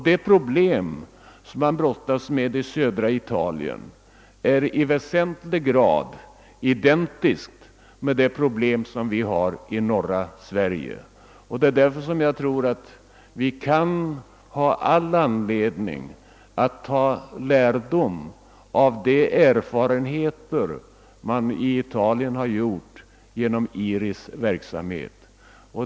Det problem som man brottas med i södra Italien är i väsentlig grad identiskt med det problem som vi har i norra Sverige. Vi bör därför dra lärdom av erfarenheterna i Italien av IRI:s verksamhet.